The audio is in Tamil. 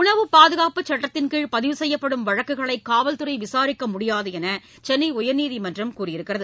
உணவு பாதுகாப்புச் சட்டத்தின்கீழ் பதிவு செய்யப்படும் வழக்குகளை காவல்துறை விசாரிக்க முடியாது என்று சென்னை உயர்நீதிமன்றம் கூறியுள்ளது